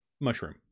mushroom